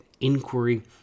inquiry